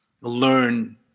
learn